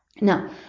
Now